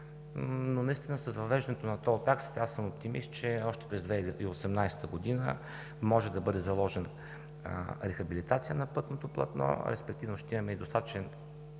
по път І-1. С въвеждането на тол таксите аз съм оптимист, че още през 2018 г. може да бъде заложена рехабилитация на пътното платно, респективно ще имаме и достатъчен